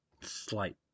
slight